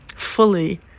fully